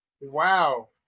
Wow